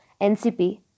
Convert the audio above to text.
NCP